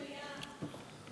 אנחנו כל כך הרבה אנשים במליאה.